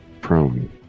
prone